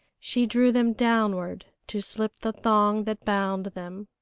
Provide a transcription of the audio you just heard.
she drew them downward to slip the thong that bound them.